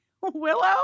Willow